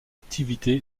activité